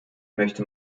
möchte